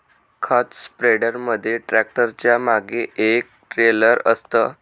खत स्प्रेडर मध्ये ट्रॅक्टरच्या मागे एक ट्रेलर असतं